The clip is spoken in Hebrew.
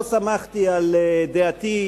לא סמכתי על דעתי,